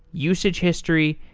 usage history,